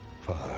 Father